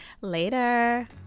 Later